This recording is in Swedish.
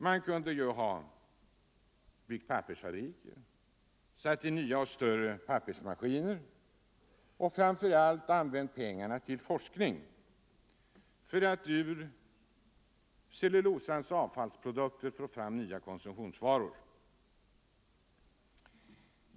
Man kunde i stället ha byggt pappersfabriker och satt in nya och större pappersmaskiner i Sverige och framför allt använt pengarna till forskning för att ur cellulosans avfallsprodukter få fram nya konsumtionsvaror.